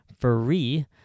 free